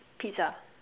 Pizza